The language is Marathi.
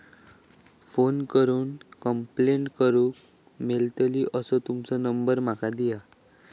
फोन करून कंप्लेंट करूक मेलतली असो तुमचो नंबर माका दिया?